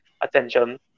attention